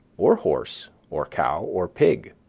or horse, or cow, or pig,